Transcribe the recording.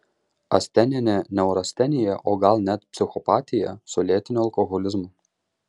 asteninė neurastenija o gal net psichopatija su lėtiniu alkoholizmu